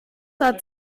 hat